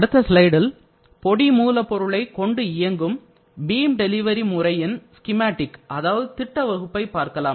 அடுத்த ஸ்லைடில் பொடி மூலப்பொருளை கொண்டு இயங்கும் பீம் டெலிவரி முறையின் ஸ்கீமாட்டிக் அதாவது திட்ட வகுப்பை பார்க்கலாம்